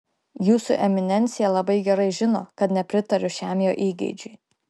jūsų eminencija labai gerai žino kad nepritariu šiam jo įgeidžiui